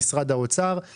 מאזרחי ישראל,